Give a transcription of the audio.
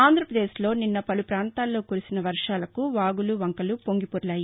ఆంధ్రప్రదేశ్లో నిన్న పలు ప్రాంతాల్లో కురిసిన వర్షాలకు వాగులు వంకలు పొంగిపొర్లాయి